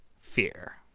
Fear